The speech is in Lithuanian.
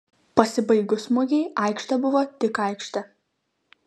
pasibaigus mugei aikštė buvo tik aikštė